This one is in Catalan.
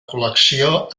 col·lecció